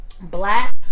black